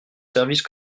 services